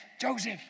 Joseph